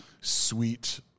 sweet